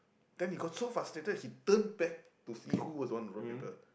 then he got so frustrated he turn back to see who was the one who wrote the paper